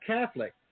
Catholic